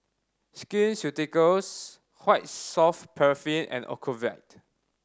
Skin Ceuticals White Soft Paraffin and Ocuvite